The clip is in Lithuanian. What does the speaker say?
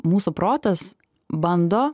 mūsų protas bando